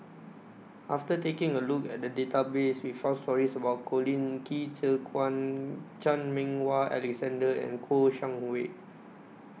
after taking A Look At The Database We found stories about Colin Qi Zhe Quan Chan Meng Wah Alexander and Kouo Shang Wei